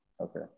Okay